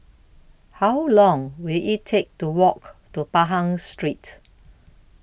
How Long Will IT Take to Walk to Pahang Street